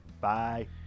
Bye